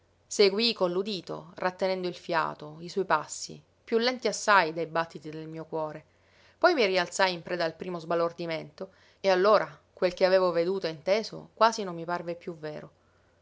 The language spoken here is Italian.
seguii con l'udito rattenendo il fiato i suoi passi piú lenti assai dei battiti del mio cuore poi mi rialzai in preda al primo sbalordimento e allora quel che avevo veduto e inteso quasi non mi parve piú vero